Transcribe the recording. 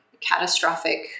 catastrophic